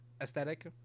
aesthetic